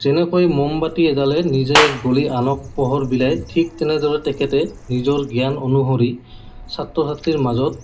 যেনেকৈ ম'মবতি এডালে নিজেই গলি আনক পোহৰ বিলায় ঠিক তেনেদৰে তেখেতে নিজৰ জ্ঞান অনুসৰি ছাত্ৰ ছাত্ৰীৰ মাজত